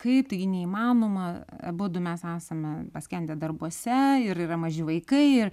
kaip taigi neįmanoma abudu mes esame paskendę darbuose ir yra maži vaikai ir